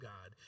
God